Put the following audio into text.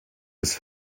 des